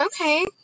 okay